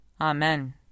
Amen